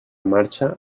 marxa